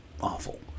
awful